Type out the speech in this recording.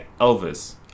Elvis